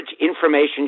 information